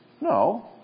No